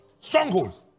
strongholds